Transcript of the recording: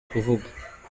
kuvugwa